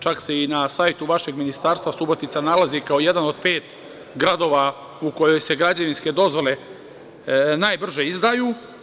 Čak se i na sajtu vašeg ministarstva Subotica nalazi kao jedan od pet gradova u kome se građevinske dozvole najbrže izdaju.